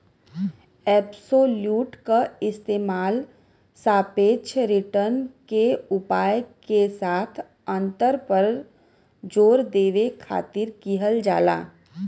absolute क इस्तेमाल सापेक्ष रिटर्न के उपाय के साथ अंतर पर जोर देवे खातिर किहल जाला